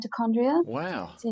wow